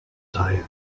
teil